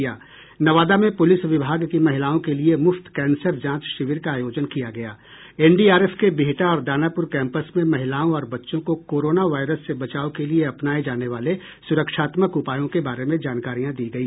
नवादा में पुलिस विभाग की महिलाओं के लिए मुफ्त कैंसर जांच शिविर का आयोजन किया गया एनडीआरएफ के बिहटा और दानापुर कैम्पस में महिलाओं और बच्चों को कोरोना वायरस से बचाव के लिए अपनाये जाने वाले सुरक्षात्मक उपायों के बारे में जानकारियाँ दी गई